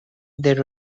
they